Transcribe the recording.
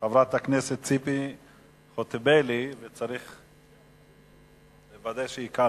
חברת הכנסת ציפי חוטובלי, וצריך לוודא שהיא כאן.